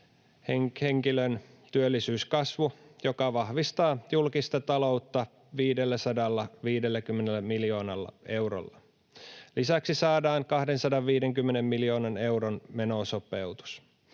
henkilön työllisyyskasvu, joka vahvistaa julkista taloutta 550 miljoonalla eurolla. Lisäksi saadaan 250 miljoonan euron menosopeutus.